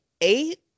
eight